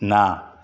ના